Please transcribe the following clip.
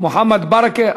מוחמד ברכה.